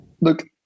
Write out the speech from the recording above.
Look